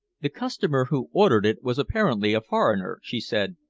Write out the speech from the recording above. the customer who ordered it was apparently a foreigner, she said,